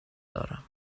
دارم